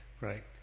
right